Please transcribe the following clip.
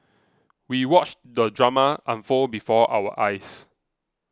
we watched the drama unfold before our eyes